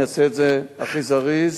אני אעשה את זה הכי זריז,